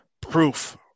proof